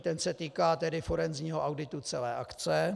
Ten se týká forenzního auditu celé akce.